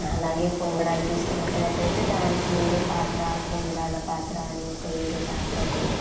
అలాగే పొంగణాలు తీసుకున్నట్టయితే దానికి వేరే పాత్ర పొంగణాల పాత్ర అని ఒక వేరే పాత్ర ఉంటుంది